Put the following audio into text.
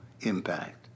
impact